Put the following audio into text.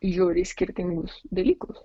žiūri į skirtingus dalykus